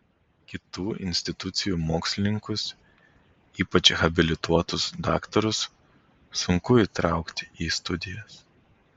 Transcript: kitų institucijų mokslininkus ypač habilituotus daktarus sunku įtraukti į studijas